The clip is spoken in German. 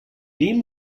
dem